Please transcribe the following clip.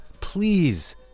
Please